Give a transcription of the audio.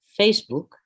Facebook